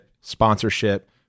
sponsorship